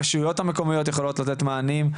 הרשויות המקומיות יכולות לתת מענים.